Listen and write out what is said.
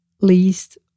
least